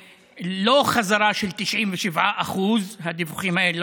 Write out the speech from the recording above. זו לא חזרה של 97%. הדיווחים האלה,